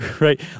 Right